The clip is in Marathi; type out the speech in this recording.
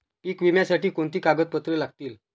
पीक विम्यासाठी कोणती कागदपत्रे लागतील?